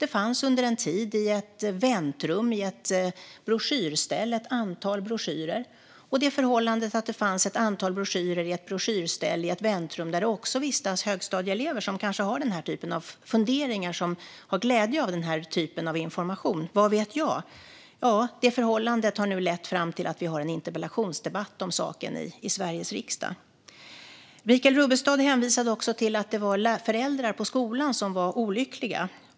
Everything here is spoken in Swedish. Det fanns under en tid ett antal broschyrer i ett broschyrställ i ett väntrum där det också vistades högstadieelever som kanske hade den här typen av funderingar och hade glädje av den här typen av information - vad vet jag? Detta förhållande har nu lett fram till att vi har en interpellationsdebatt om saken i Sveriges riksdag. Michael Rubbestad hänvisade också till att det var föräldrar på skolan som var olyckliga.